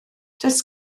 does